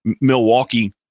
Milwaukee